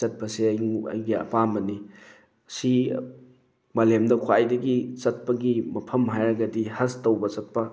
ꯍꯖ ꯆꯠꯄꯁꯦ ꯑꯩꯒꯤ ꯑꯄꯥꯝꯕꯅꯤ ꯁꯤ ꯃꯥꯂꯦꯝꯗ ꯈ꯭ꯋꯥꯏꯗꯒꯤ ꯆꯠꯄꯒꯤ ꯃꯐꯝ ꯍꯥꯏꯔꯒꯗꯤ ꯍꯖ ꯇꯧꯕ ꯆꯠꯄ